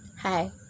Hi